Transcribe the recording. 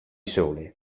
sole